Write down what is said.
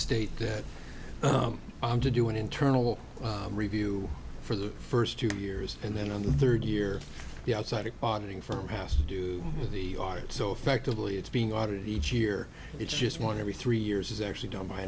state that i'm to do an internal review for the first two years and then on the third year the outside of auditing from house to do the art so effectively it's being audited each year it's just one every three years actually don